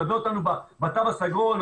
הוא מלווה אותנו בתו הסגול,